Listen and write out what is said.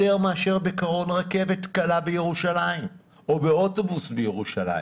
יותר מאשר בקרון רכבת קלה בירושלים או באוטובוס בירושלים.